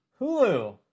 Hulu